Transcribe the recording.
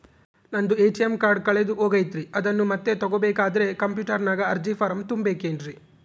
ನಂದು ATM card ಕಳೆದು ಹೋಗೈತ್ರಿ ಅದನ್ನು ಮತ್ತೆ ತಗೋಬೇಕಾದರೆ ಕಂಪ್ಯೂಟರ್ ನಾಗ ಅರ್ಜಿ ಫಾರಂ ತುಂಬಬೇಕನ್ರಿ?